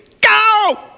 go